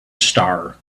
star